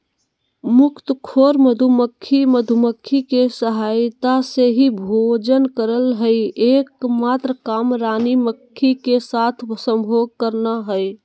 मुफ्तखोर मधुमक्खी, मधुमक्खी के सहायता से ही भोजन करअ हई, एक मात्र काम रानी मक्खी के साथ संभोग करना हई